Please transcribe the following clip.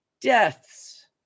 Deaths